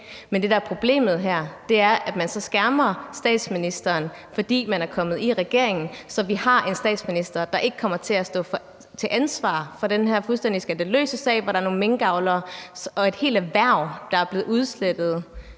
er problemet her, er, at man så skærmer statsministeren, fordi man er kommet i regering, så vi har en statsminister, der ikke kommer til at stå til ansvar for den her fuldstændig skandaløse sag, hvor der er nogle minkavlere og et helt erhverv, der er blevet udslettet